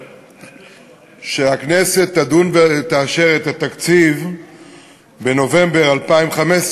כשהכנסת תדון ותאשר את התקציב בנובמבר 2015,